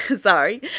sorry